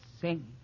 Sing